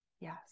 Yes